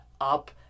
up